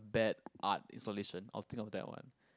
bad art installation I would think of that one